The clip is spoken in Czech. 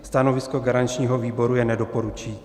Stanovisko garančního výboru je nedoporučující.